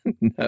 No